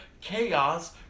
chaos